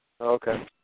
Okay